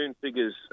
figures